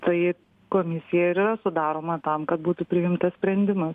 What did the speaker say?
tai komisija ir yra sudaroma tam kad būtų priimtas sprendimas